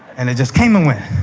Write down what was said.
and it just came and went.